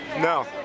no